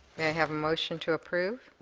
may i have a motion to approve?